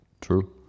True